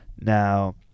Now